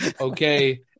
okay